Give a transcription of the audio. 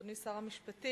אדוני שר המשפטים,